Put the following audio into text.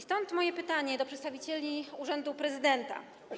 Stąd moje pytanie do przedstawicieli urzędu prezydenta.